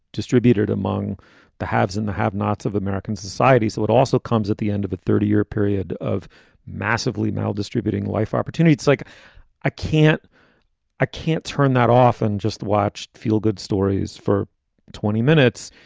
distributed among the haves and the have nots of american society. so it also comes at the end of thirty year period of massively moul distributing life opportunities like i can't i can't turn that off and just watched feelgood stories for twenty minutes.